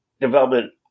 development